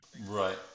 Right